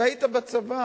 אתה היית בצבא.